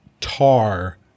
Tar